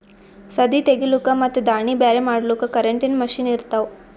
ಸದೀ ತೆಗಿಲುಕ್ ಮತ್ ದಾಣಿ ಬ್ಯಾರೆ ಮಾಡಲುಕ್ ಕರೆಂಟಿನ ಮಷೀನ್ ಇರ್ತಾವ